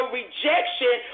rejection